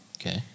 Okay